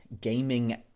gaming